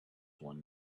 one